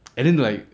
and then like